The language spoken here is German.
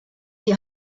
die